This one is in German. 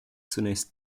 zunächst